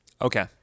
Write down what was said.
Okay